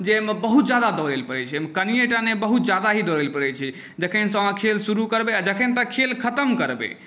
जे एहिमे बहुत ज्यादा दौड़ैलए पड़ै छै जाहिमे कनिएटा नहि बहुत ज्यादा ही दौड़ैलए पड़ै छै जखनसँ अहाँ खेल शुरू करबै आओर जखन तक खेल खतम करबै